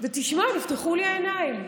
ותשמע, נפתחו לי העיניים.